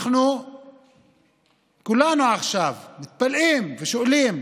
אנחנו כולנו עכשיו מתפלאים ושואלים,